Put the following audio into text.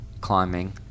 climbing